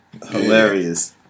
Hilarious